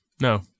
No